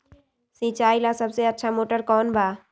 सिंचाई ला सबसे अच्छा मोटर कौन बा?